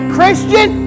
Christian